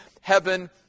heaven